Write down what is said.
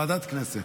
ועדת הכנסת.